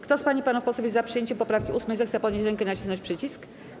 Kto z pań i panów posłów jest za przyjęciem poprawki 8., zechce podnieść rękę i nacisnąć przycisk.